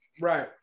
right